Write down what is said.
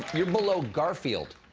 you're below garfield,